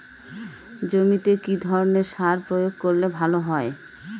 জমিতে কি ধরনের সার প্রয়োগ করলে ভালো হয়?